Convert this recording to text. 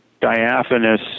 diaphanous